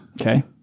Okay